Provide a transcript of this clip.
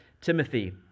Timothy